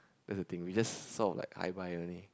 that's the thing we just sort of like hi bye only